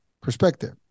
perspective